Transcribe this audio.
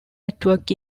network